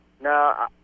No